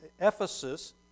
Ephesus